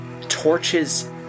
torches